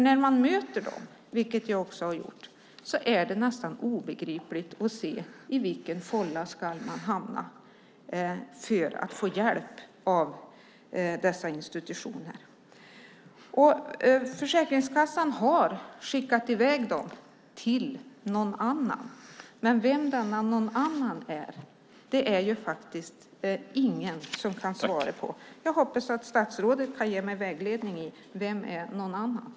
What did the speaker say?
När man möter dem, vilket jag har gjort, är det svårt att se och nästan obegripligt i vilken fålla de ska hamna för att få hjälp av dessa institutioner. Försäkringskassan har skickat i väg dem till någon annan, men det är ingen som kan svara på vem denna någon annan är. Jag hoppas att statsrådet kan ge mig vägledning och tala om vem någon annan är.